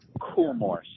coolmore